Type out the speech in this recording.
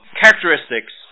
characteristics